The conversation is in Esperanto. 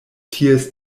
ties